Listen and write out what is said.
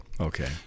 Okay